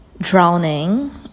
drowning